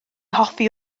hoffi